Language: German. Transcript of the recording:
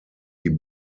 die